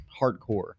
hardcore